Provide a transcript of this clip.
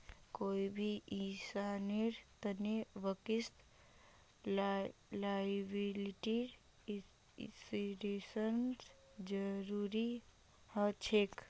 कोई भी इंसानेर तने अक्सर लॉयबिलटी इंश्योरेंसेर जरूरी ह छेक